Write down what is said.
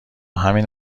همین